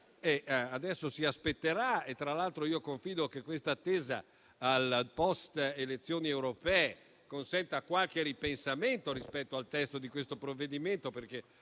adesso si aspetterà, io confido che questa attesa al *post* elezioni europee consenta qualche ripensamento rispetto al testo di questo provvedimento.